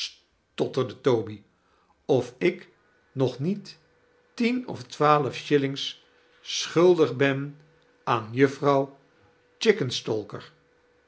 stotterde toby of ik nog niet tien of twaalf shillings sohuldig ben aan juffrouw